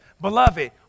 beloved